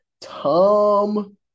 Tom